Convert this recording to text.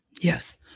yes